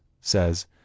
says